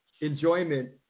enjoyment